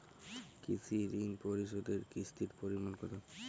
কৃষি ঋণ পরিশোধের কিস্তির পরিমাণ কতো?